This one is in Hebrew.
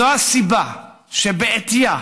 זו הסיבה שבעטייה